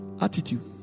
Attitude